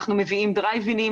אנחנו מביאים בדיקות בדרייב-אין,